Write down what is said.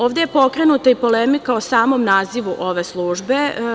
Ovde je pokrenuta i polemika o samom nazivu ove službe.